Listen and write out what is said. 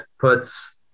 puts